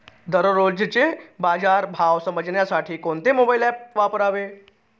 दररोजचे बाजार भाव समजण्यासाठी कोणते मोबाईल ॲप वापरावे?